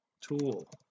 tool